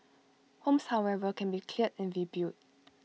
homes however can be cleared and rebuilt